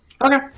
Okay